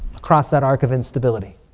across that arc of instability.